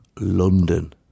London